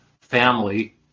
family